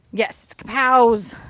yes. it's cah-pows.